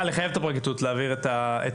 לחייב את הפרקליטות בשביל להעביר את המידע,